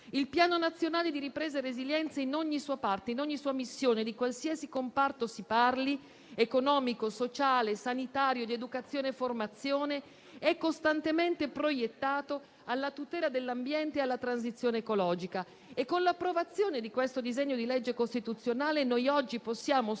Il Piano nazionale di ripresa e resilienza in ogni sua parte, in ogni sua missione, di qualsiasi comparto si parli (economico, sociale, sanitario, di educazione e formazione), è costantemente proiettato alla tutela dell'ambiente e alla transizione ecologica. Con l'approvazione di questo disegno di legge costituzionale noi oggi possiamo sostenere